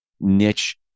niche